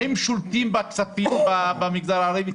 הם שולטים בכספים במגזר הערבי.